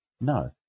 No